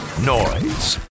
Noise